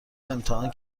امتحان